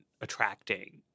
attracting